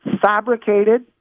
fabricated